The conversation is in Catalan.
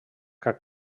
cap